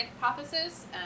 hypothesis